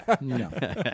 No